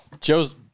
Joe's